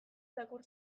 txakur